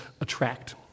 attract